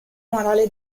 morale